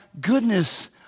goodness